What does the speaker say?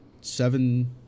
seven